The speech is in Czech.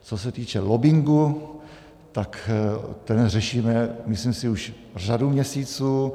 Co se týče lobbingu, tak ten řešíme, myslím, už řadu měsíců.